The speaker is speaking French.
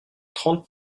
trente